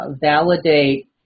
validate